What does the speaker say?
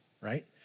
right